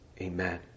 Amen